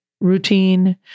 routine